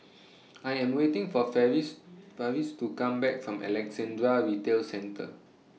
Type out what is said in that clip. I Am waiting For Farris Farris to Come Back from Alexandra Retail Centre